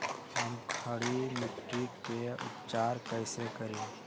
हम खड़ी मिट्टी के उपचार कईसे करी?